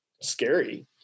scary